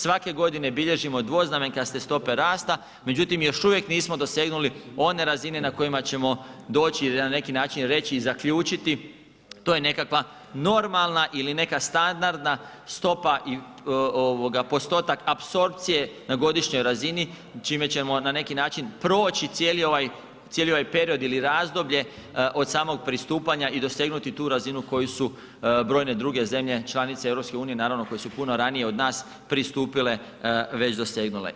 Svake godine bilježimo dvoznamenkaste stope rasta, međutim još uvijek nismo dosegnuli one razine na kojima ćemo doći i na neki način reći i zaključiti to je nekakva normalna ili neka standardna stopa i postotak apsorpcije na godišnjoj razini čime ćemo na neki način proći cijeli ovaj period ili razdoblje od samog pristupanja i dosegnuti tu razinu koju su brojne druge zemlje, članice EU koje su puno ranije od nas pristupile već dosegnule.